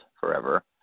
forever